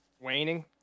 Waning